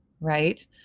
right